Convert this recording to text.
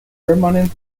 permanent